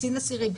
קצין אסירים,